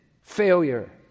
Failure